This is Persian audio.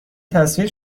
تصویر